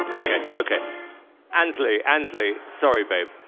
okay ansley ansley, sorry, babe.